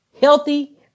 healthy